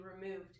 removed